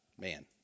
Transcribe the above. Man